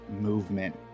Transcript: movement